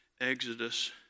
Exodus